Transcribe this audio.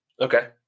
Okay